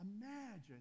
Imagine